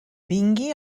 vingui